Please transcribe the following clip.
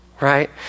Right